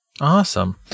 Awesome